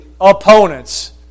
opponents